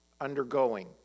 undergoing